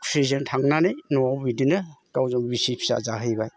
खुसिजों थांनानै नआव बिदिनो गावजों बिसि फिसा जाहैबाय